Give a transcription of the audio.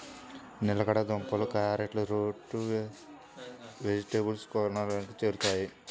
చిలకడ దుంపలు, క్యారెట్లు రూట్ వెజిటేబుల్స్ కోవలోకి చేరుతాయి